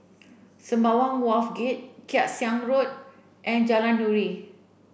Sembawang Wharves Gate Kay Siang Road and Jalan Nuri